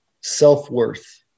self-worth